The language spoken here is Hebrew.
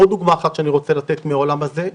עוד דוגמה אחת שאני רוצה לתת מהעולם הזה,